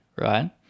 right